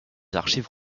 archives